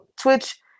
Twitch